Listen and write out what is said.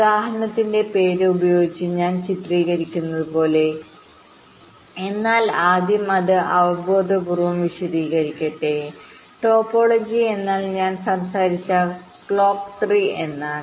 ഉദാഹരണത്തിന്റെ പേര് ഉപയോഗിച്ച് ഞാൻ ചിത്രീകരിക്കുന്നതുപോലെ എന്നാൽ ആദ്യം അത് അവബോധപൂർവ്വം വിശദീകരിക്കട്ടെ ടോപ്പോളജി എന്നാൽ ഞാൻ സംസാരിച്ച ക്ലോക്ക് ട്രീ എന്നാണ്